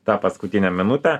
tą paskutinę minutę